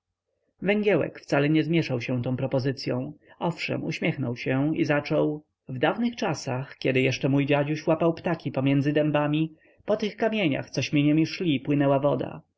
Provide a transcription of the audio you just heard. węgiełek wcale nie zmięszał się tą propozycją owszem uśmiechnął się i zaczął w dawnych czasach kiedy jeszcze mój dziaduś łapał ptaki między dębami po tych kamieniach cośmy niemi szli płynęła woda